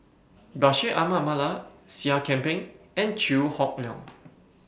Bashir Ahmad Mallal Seah Kian Peng and Chew Hock Leong